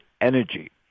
energy